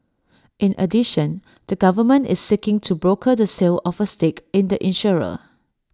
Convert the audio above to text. in addition the government is seeking to broker the sale of A stake in the insurer